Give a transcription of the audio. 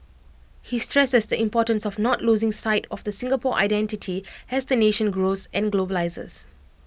he stresses the importance of not losing sight of the Singapore identity as the nation grows and globalises